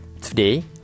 Today